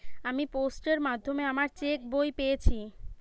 আমি পোস্টের মাধ্যমে আমার চেক বই পেয়েছি